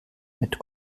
mit